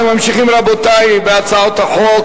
אנחנו ממשיכים, רבותי, בהצעות החוק.